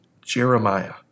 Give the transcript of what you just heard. Jeremiah